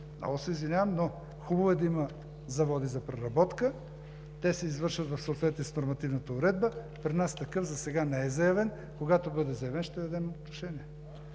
Много се извинявам, но хубаво е да има заводи за преработка. Те се извършват в съответствие с нормативната уредба. При нас такъв засега не е заявен. Когато бъде заявен, ще вземем отношение.